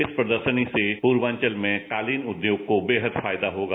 इस प्रदर्शनी से पूर्वाचल में कालीन उद्योग को बेहद फायदा होगा